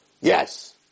Yes